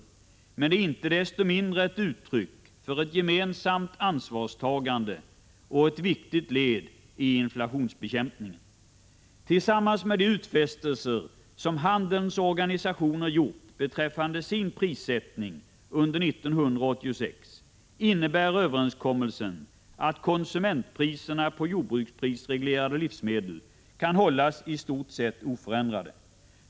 Men överenskommelsen är inte desto mindre ett uttryck för ett gemensamt ansvarstagande och ett viktigt led i inflationsbekämpningen. Tillsammans med de utfästelser som handelns organisationer gjort beträffande sin prissättning under 1986 innebär överenskommelsen att konsumentpriserna på jordbruksprisreglerade livsmedel kan hållas i stort sett oförändrade.